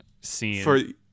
scene